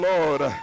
Lord